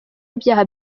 ibyaha